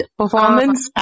performance